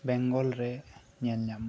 ᱵᱮᱝᱜᱚᱞ ᱨᱮ ᱧᱮᱞ ᱧᱟᱢᱚᱜ